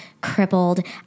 crippled